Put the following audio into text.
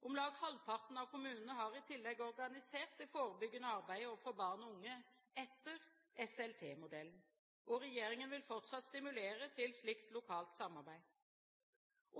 Om lag halvparten av kommunene har i tillegg organisert det forebyggende arbeidet overfor barn og unge etter SLT-modellen. Regjeringen vil fortsatt stimulere til slikt lokalt samarbeid.